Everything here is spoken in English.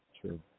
True